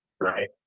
right